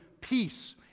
peace